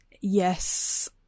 yes